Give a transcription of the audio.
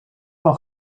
van